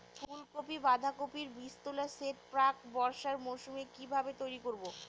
ফুলকপি বাধাকপির বীজতলার সেট প্রাক বর্ষার মৌসুমে কিভাবে তৈরি করব?